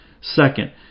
Second